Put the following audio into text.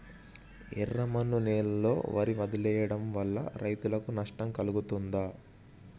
ఎర్రమన్ను నేలలో వరి వదిలివేయడం వల్ల రైతులకు నష్టం కలుగుతదా?